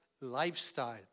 lifestyle